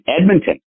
Edmonton